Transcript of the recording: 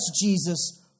Jesus